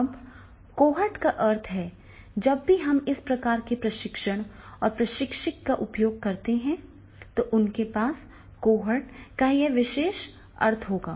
अब कॉहोर्ट का अर्थ वहाँ है जब भी हम इस प्रकार के प्रशिक्षण और प्रशिक्षक का उपयोग करते हैं तो उनके पास कॉहोर्ट का यह विशेष अर्थ होगा